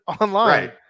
online